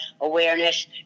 awareness